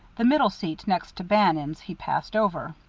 the middle seat, next to bannon's he passed over.